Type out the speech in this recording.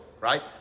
right